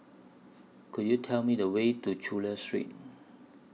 Could YOU Tell Me The Way to Chulia Street